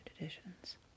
editions